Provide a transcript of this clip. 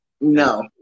no